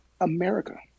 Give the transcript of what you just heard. America